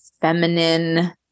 feminine